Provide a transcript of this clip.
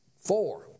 Four